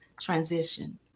transition